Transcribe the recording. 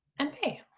and pay.